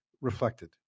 reflected